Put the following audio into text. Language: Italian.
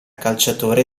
calciatore